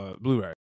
Blu-ray